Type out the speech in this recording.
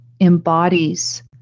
embodies